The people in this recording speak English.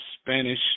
Spanish